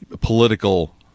political